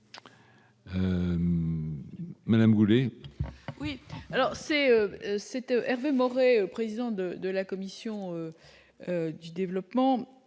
Madame rouler.